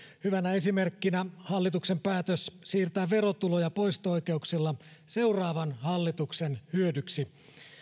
hyvänä esimerkkinä hallituksen päätös siirtää verotuloja poisto oikeuksilla seuraavan hallituksen hyödyksi